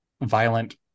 violent